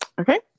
Okay